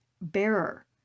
bearer